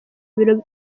ibiro